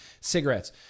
Cigarettes